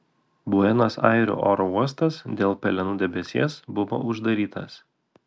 buenos airių oro uostas dėl pelenų debesies buvo uždarytas